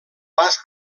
pas